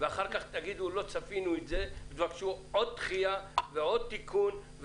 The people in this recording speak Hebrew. ואחר כך תגידו "לא צפינו את זה" ותבקשו עוד דחייה ועוד תיקון.